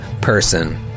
person